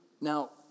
Now